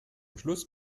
schluss